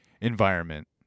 environment